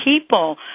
people